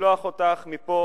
לשלוח אותך מפה